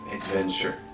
adventure